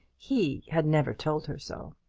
he had never told her so.